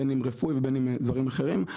בין אם רפואי ובין אם דברים אחרים.